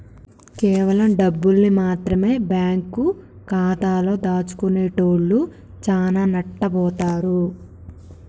కేవలం డబ్బుల్ని మాత్రమె బ్యేంకు ఖాతాలో దాచుకునేటోల్లు చానా నట్టబోతారు